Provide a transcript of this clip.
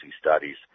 studies